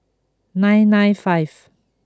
nine nine five